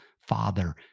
father